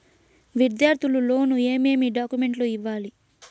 విద్యార్థులు లోను ఏమేమి డాక్యుమెంట్లు ఇవ్వాలి?